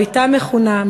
או הייתה מכונה,